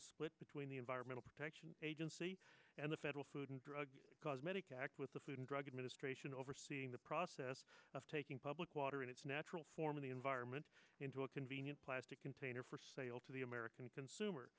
between the environmental protection agency and the federal food and drug cause medical act with the food and drug administration overseeing the process of taking public water in its natural form of the environment into a convenient plastic container for sale to the american consumer